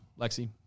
Lexi